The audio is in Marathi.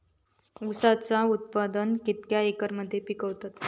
ऊसाचा उत्पादन कितक्या एकर मध्ये पिकवतत?